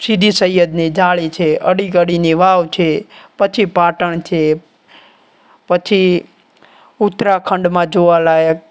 સીદી સૈયદની જાળી છે અડીઘડીની વાવ છે પછી પાટણ છે પછી ઉત્તરાખંડમાં જોવાલાયક